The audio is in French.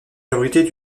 abritait